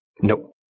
Nope